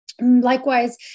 Likewise